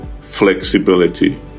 flexibility